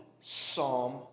Psalm